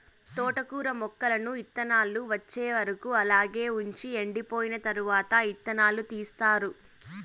తోటకూర మొక్కలను ఇత్తానాలు వచ్చే వరకు అలాగే వుంచి ఎండిపోయిన తరవాత ఇత్తనాలను తీస్తారు